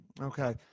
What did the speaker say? Okay